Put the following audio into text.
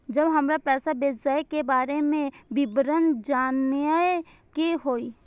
जब हमरा पैसा भेजय के बारे में विवरण जानय के होय?